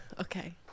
Okay